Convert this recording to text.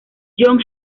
john